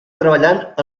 treballant